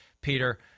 Peter